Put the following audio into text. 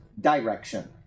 direction